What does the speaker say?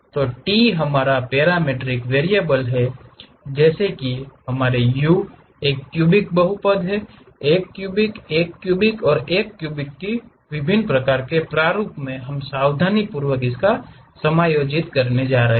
तो t हमारा parametric variable है जैसे कि हमारे u एक क्यूबिक बहुपद एक क्यूबिक एक क्यूबिक एक क्यूबिक के विभिन्न प्रकार के प्रारूपों में हम सावधानीपूर्वक समायोजित करने जा रहे हैं